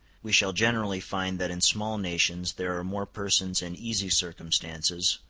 we shall generally find that in small nations there are more persons in easy circumstances,